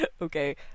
Okay